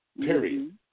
Period